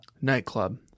Nightclub